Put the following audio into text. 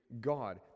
God